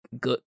good